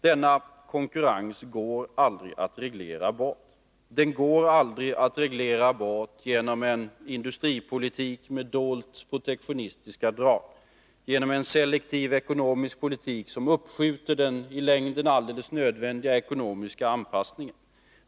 Denna konkurrens går aldrig att reglera bort genom en industripolitik med dolda protektionistiska drag, genom en selektiv ekonomisk politik som uppskjuter den i längden alldeles nödvändiga ekonomiska anpassningen.